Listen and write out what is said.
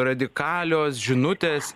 radikalios žinutės